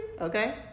okay